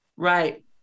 Right